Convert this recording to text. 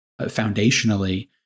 foundationally